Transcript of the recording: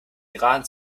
iran